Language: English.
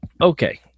Okay